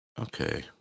Okay